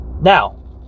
Now